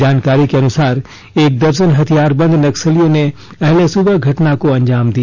जानकारी के अनुसार एक दर्जन हथियारबंद नक्सलियों ने अहले सुबह घटना को अंजाम दिया